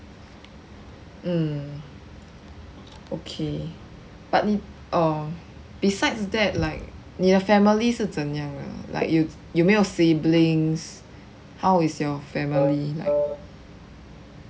mm okay partly or besides that like 你的 family 是怎样的 like you 有没有 siblings how is your family like